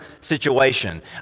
situation